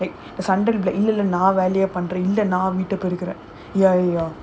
like the நான் வேலைய பண்றேன்:naan velaya pandraen like ya ya ya